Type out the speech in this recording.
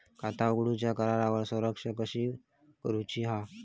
खाता उघडूच्या करारावर स्वाक्षरी कशी करूची हा?